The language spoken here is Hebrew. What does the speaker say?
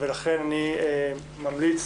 ולכן, אני ממליץ